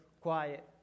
quiet